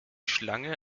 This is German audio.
schlange